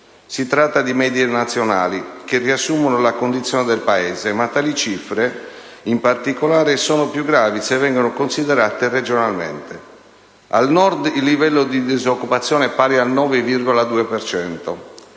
Si tratta di medie nazionali, che riassumono la condizione del Paese, ma tali cifre, in particolare, sono più gravi se vengono considerate regionalmente: al Nord il livello di disoccupazione è pari al 9,2